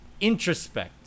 introspect